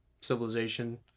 civilization